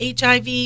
HIV